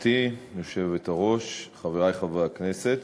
תודה, גברתי היושבת-ראש, חברי חברי הכנסת,